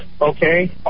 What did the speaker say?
okay